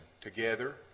together